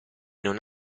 non